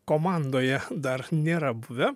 komandoje dar nėra buvę